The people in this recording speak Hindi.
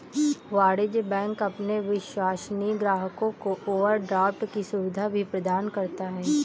वाणिज्य बैंक अपने विश्वसनीय ग्राहकों को ओवरड्राफ्ट की सुविधा भी प्रदान करता है